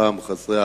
אהבה,